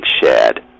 shared